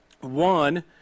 One